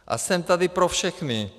A jsem tady pro všechny!